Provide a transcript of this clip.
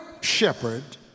shepherd